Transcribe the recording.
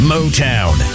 Motown